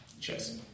Cheers